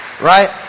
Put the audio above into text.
right